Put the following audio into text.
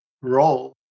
role